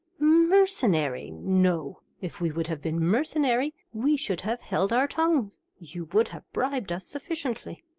mercenary? no, if we would have been mercenary, we should have held our tongues you would have bribed us sufficiently.